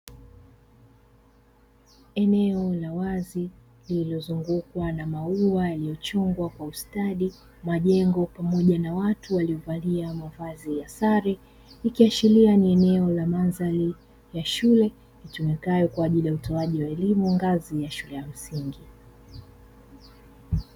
Eneo la wazi lililozungukwa na maua yaliyochongwa kwa ustadi, majengo pamoja na watu waliyovalia mavazi ya sare, ikiashiria ni eneo la mandhari ya shule itumikayo kwa akili ya utoaji wa elimu ngazi ya shule msingi.